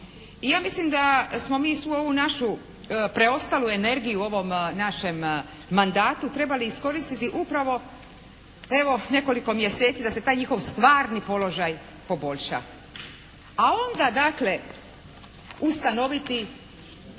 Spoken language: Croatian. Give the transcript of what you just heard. I ja mislim da smo mi svu ovu našu preostalu energiju u ovom našem mandatu trebali iskoristiti upravo evo, nekoliko mjeseci da se taj njihov stvarni položaj poboljša. A onda dakle ustanoviti